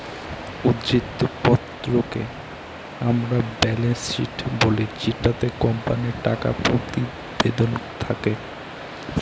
উদ্ধৃত্ত পত্রকে আমরা ব্যালেন্স শীট বলি যেটিতে কোম্পানির টাকা প্রতিবেদন থাকে